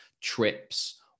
trips